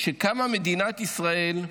כשקמה מדינת ישראל,